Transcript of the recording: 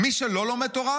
'מי שלא לומד תורה?